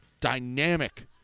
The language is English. dynamic